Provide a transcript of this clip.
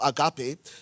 agape